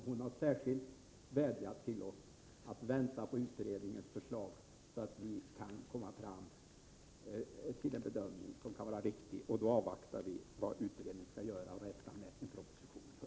Hon har särskilt vädjat till oss att vänta på utredningens förslag, så att vi sedan kan komma fram till en riktig bedömning av utredningen. Vi avvaktar alltså utredningens förslag och räknar med att en proposition skall framläggas till hösten.